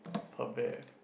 per bear